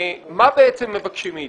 מה מבקשים מאתנו?